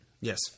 Yes